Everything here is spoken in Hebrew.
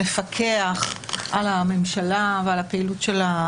מפקח על הממשלה ועל הפעילות שלה,